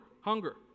Hunger